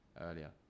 earlier